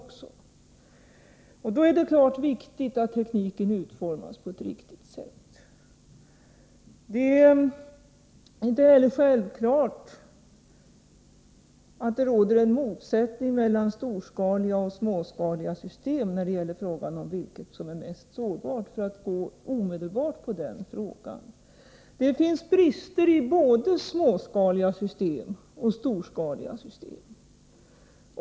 Då är det naturligtvis viktigt att tekniken utformas på ett riktigt sätt. Det är inte heller självklart att det råder en motsättning mellan storskaliga och småskaliga system när det gäller frågan om vilket som är mest sårbart, för att nu gå direkt på den frågan. Det finns brister i både småskaliga och storskaliga system.